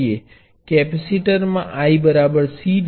કેપેસિટરમાં I C dV dt